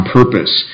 purpose